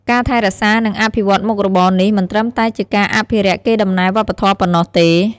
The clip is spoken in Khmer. ការថែរក្សា និងអភិវឌ្ឍន៍មុខរបរនេះ មិនត្រឹមតែជាការអភិរក្សកេរដំណែលវប្បធម៌ប៉ុណ្ណោះទេ។